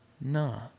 No